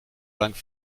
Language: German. lange